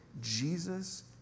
Jesus